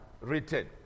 written